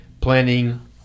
planning